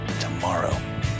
tomorrow